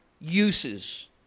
uses